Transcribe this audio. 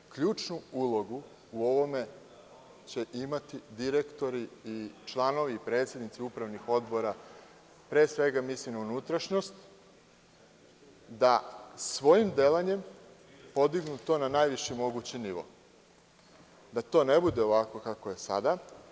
Po meni, ključnu ulogu u ovome će imati direktori i članovi i predsednici upravnih odbora, tu pre svega mislim na unutrašnjost, da svojim delanjem podignu to na najviši mogući nivo i da to ne bude ovako kako je sada.